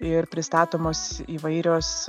ir pristatomos įvairios